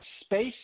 space